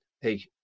hey